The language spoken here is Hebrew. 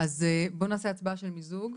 בואו נעשה הצבעה של מיזוג.